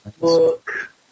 look